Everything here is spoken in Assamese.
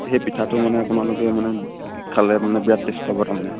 সেই পিঠাটো মানে আপোনালোকে মানে খালে মানে বিৰাট টেষ্ট পাব তাৰমানে